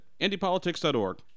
indypolitics.org